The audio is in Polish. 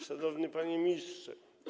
Szanowny Panie Ministrze!